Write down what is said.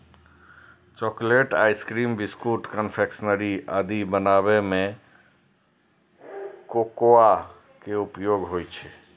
chocolate, ice cream, biscuit, confectionery आदि बनाबै मे कोकोआ के उपयोग होइ छै